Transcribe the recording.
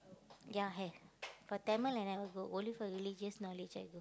ya have but Tamil I never go only for religious knowledge I go